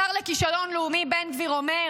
השר לכישלון לאומי, בן גביר, אומר: